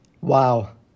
Wow